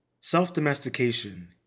Self-domestication